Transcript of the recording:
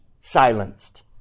silenced